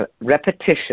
repetition